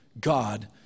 God